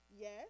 Yes